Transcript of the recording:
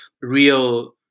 real